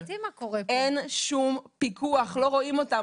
אין שום פיקוח, לא רואים אותם.